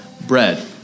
bread